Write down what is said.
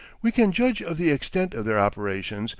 we can judge of the extent of their operations,